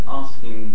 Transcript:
asking